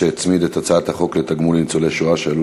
שהצמיד את הצעת חוק זכאות לתגמול לניצולי שואה שעלו